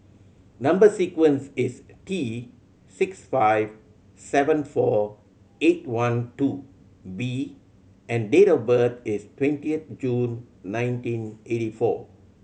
number sequence is T six five seven four eight one two B and date of birth is twentieth June nineteen eighty four